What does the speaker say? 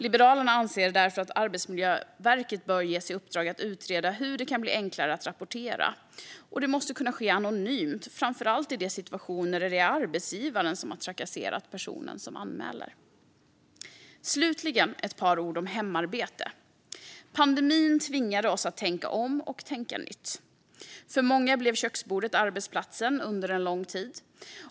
Liberalerna anser därför att Arbetsmiljöverket bör ges i uppdrag att utreda hur det kan bli enklare att rapportera. Det måste kunna ske anonymt, framför allt i situationer där det är arbetsgivaren som har trakasserat personen som anmäler. Slutligen vill jag säga ett par ord om hemarbete. Pandemin tvingade oss att tänka om och tänka nytt. För många blev köksbordet arbetsplatsen under en lång tid.